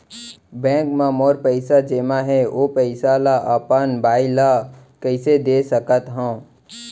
Bank म मोर पइसा जेमा हे, ओ पइसा ला अपन बाई ला कइसे दे सकत हव?